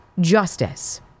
justice